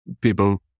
people